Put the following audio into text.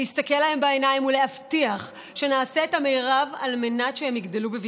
להסתכל להם בעיניים ולהבטיח שנעשה את המרב על מנת שהם יגדלו בבטחה,